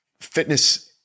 fitness